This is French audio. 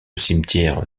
cimetière